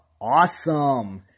awesome